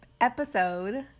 episode